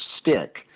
stick